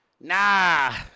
Nah